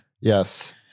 Yes